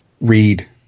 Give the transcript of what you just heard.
read